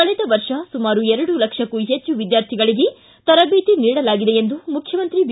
ಕಳೆದ ವರ್ಷ ಸುಮಾರು ಎರಡು ಲಕ್ಷಕ್ಕೂ ಹೆಚ್ಚು ವಿದ್ಯಾರ್ಥಿಗಳಿಗೆ ತರಬೇತಿ ನೀಡಲಾಗಿದೆ ಎಂದು ಮುಖ್ಯಮಂತ್ರಿ ಬಿ